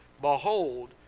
Behold